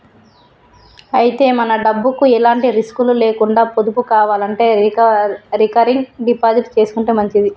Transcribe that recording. అయితే మన డబ్బుకు ఎలాంటి రిస్కులు లేకుండా పొదుపు కావాలంటే రికరింగ్ డిపాజిట్ చేసుకుంటే మంచిది